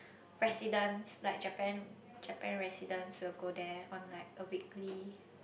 residents like Japan Japan residents will go there on like a weekly